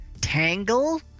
tangle